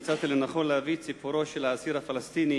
מצאתי לנכון להביא את סיפורו של האסיר הפלסטיני